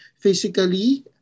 physically